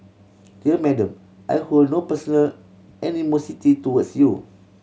dear Madam I hold no personal animosity towards you